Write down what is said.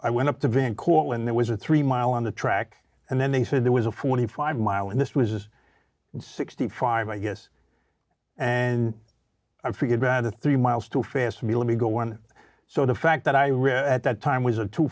i went up to van cortlandt that was a three mile on the track and then they said there was a forty five mile and this was sixty five i guess and i figured rather three miles too fast for me let me go on so the fact that i read at that time was a two